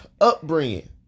upbringing